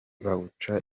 bawuca